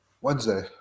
Wednesday